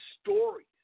stories